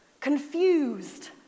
confused